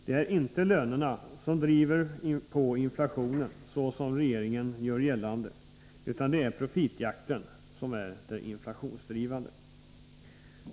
Det är inte lönerna som driver på inflationen, såsom regeringen gör gällande, utan det är profitjakten som är inflationsdrivande.